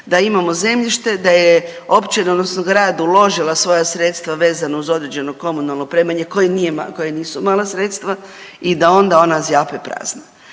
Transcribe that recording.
da imamo zemljište da je općina odnosno grad uložila svoja sredstva vezano uz određeno komunalno opremanje koje nisu mala sredstva i da onda ona zjape prazna.